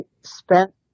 spent